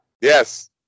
Yes